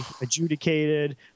adjudicated